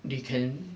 they can